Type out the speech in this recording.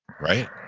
Right